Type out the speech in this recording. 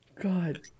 God